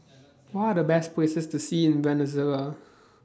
What Are The Best Places to See in Venezuela